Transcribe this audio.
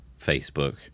Facebook